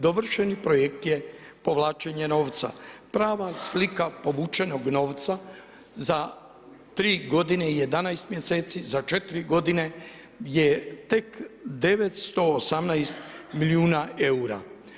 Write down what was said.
Dovršeni projekt je povlačenje novca, prava slika povučenog novca za 3 godine i 11 mjeseci, za 4 godine je tek 918 milijuna eura.